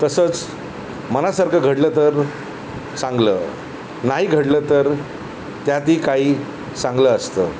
तसंच मनासारखं घडलं तर चांगलं नाही घडलं तर त्यातही काही चांगलं असतं